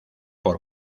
por